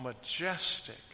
majestic